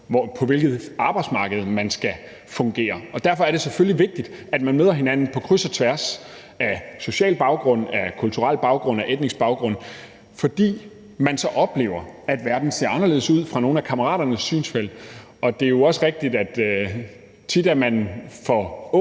på hvis arbejdsmarked man skal fungere. Derfor er det selvfølgelig vigtigt, at man møder hinanden på kryds og tværs af social baggrund, af kulturel baggrund og etnisk baggrund, fordi man så oplever, at verden ser anderledes ud fra nogle af kammeraternes synsfelt, og det er jo også rigtigt, at tit er man før